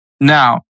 Now